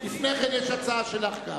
לפני כן יש גם הצעה שלך.